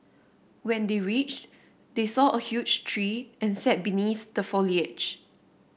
when they reached they saw a huge tree and sat beneath the foliage